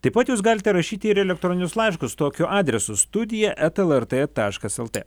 taip pat jūs galite rašyti ir elektroninius laiškus tokiu adresu studija eta lrt taškas lt